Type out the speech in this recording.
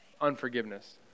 unforgiveness